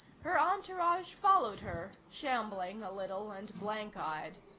her entourage followed her, shambling a little, and blank-eyed.